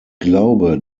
glaube